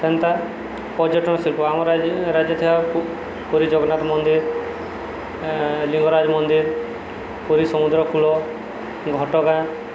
ସେମତି ପର୍ଯ୍ୟଟନ ଶିଳ୍ପ ଆମ ରାଜ୍ୟ ଥିବା ପୁରୀ ଜଗନ୍ନାଥ ମନ୍ଦିର ଲିଙ୍ଗରାଜ ମନ୍ଦିର ପୁରୀ ସମୁଦ୍ର କୂଳ ଘଟଗାଁ